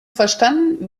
verstanden